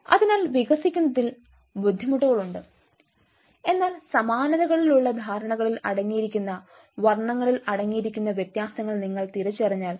അതിനാൽ വികസിക്കുന്നതിൽ ബുദ്ധിമുട്ടുകൾ ഉണ്ട് എന്നാൽ സമാനതകളിലുള്ള ധാരണകളിൽ അടങ്ങിയിരിക്കുന്ന വർണ്ണങ്ങളിൽ അടങ്ങിയിരിക്കുന്ന വ്യത്യാസങ്ങൾ നിങ്ങൾ തിരിച്ചറിഞ്ഞാൽ